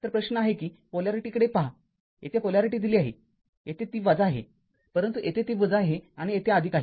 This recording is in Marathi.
तर प्रश्न आहे किपोलॅरिटीकडे पहा येथे पोलॅरिटी दिली आहेयेथे ती आहे परंतु येथे ती आहे आणि येथे आहे